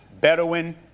Bedouin